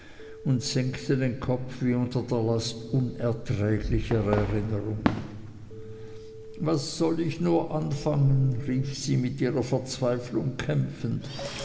und senkte den kopf wie unter der last unerträglicher erinnerungen was soll ich nur anfangen rief sie mit ihrer verzweiflung kämpfend